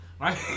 right